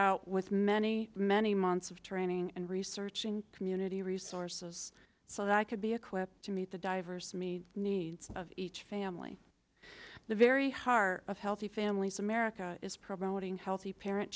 out with many many months of training and researching community resources so that i could be equipped to meet the diverse meet needs of each family the very heart of healthy families america is programming healthy parent